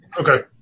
Okay